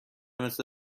مثل